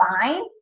fine